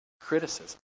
criticism